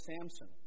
Samson